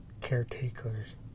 caretakers